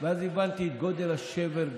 ואז הבנתי את גודל השבר,